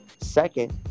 Second